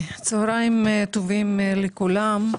צהריים טובים לכולם.